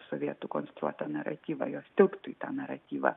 sovietų konstruotą naratyvą jos tilptų į tą naratyvą